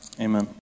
Amen